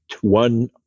one